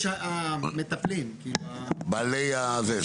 בעלי הזה.